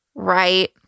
Right